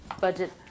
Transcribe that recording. budget